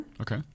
Okay